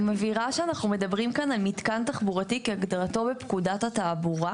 אני מבהירה שאנחנו מדברים כאן על מתקן תחבורתי כהגדרתו בפקודת התעבורה.